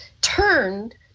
turned